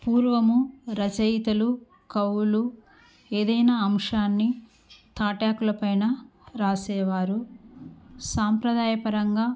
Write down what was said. పూర్వము రచయితలు కవులు ఏదైనా అంశాన్ని తాటి ఆకులు పైన రాసేవారు సాంప్రదాయపరంగా